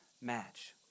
match